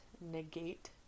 negate